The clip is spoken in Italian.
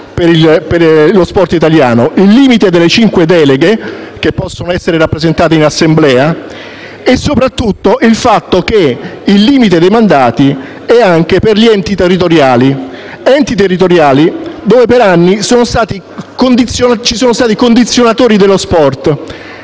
per lo *sport* italiano: il limite delle cinque deleghe che possono essere rappresentate in Assemblea e, soprattutto, il fatto che il limite dei mandati vale anche per gli enti territoriali. In tali enti ci sono stati dei "condizionatori" dello *sport*,